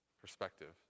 perspective